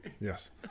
Yes